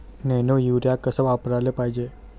Nano urea कस वापराले पायजे?